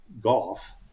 golf